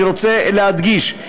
אני רוצה להדגיש,